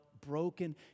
broken